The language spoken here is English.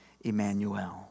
Emmanuel